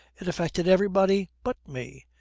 it affected everybody but me.